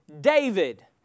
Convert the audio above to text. David